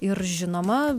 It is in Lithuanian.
ir žinoma